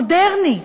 מודרני,